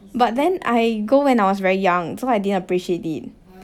but then I go when I was very young so I didn't appreciate it